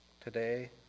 today